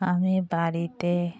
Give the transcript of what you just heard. আমি বাড়িতে